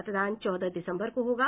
मतदान चौदह दिसम्बर को होगा